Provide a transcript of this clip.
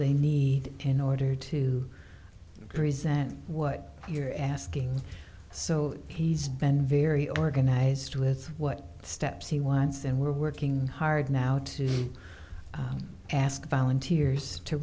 they need in order to present what you're asking so he's been very organized with what steps he wants and we're working hard now to ask volunteers to